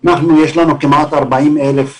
יש לנו כ-40,000 מאומתים,